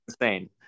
insane